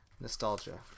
nostalgia